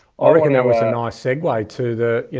ah like and that was a nice segue to the, you